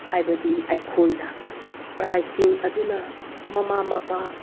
ꯍꯥꯏꯕꯗꯤ ꯑꯩꯈꯣꯏꯅ ꯄ꯭ꯔꯥꯏꯖꯁꯤꯡ ꯑꯗꯨꯅ ꯃꯃꯥ ꯃꯄꯥ